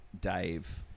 Dave